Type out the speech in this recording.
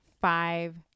five